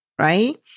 right